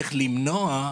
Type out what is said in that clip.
איך למנוע,